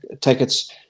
tickets